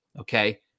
Okay